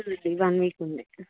one week ఉంది